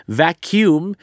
vacuum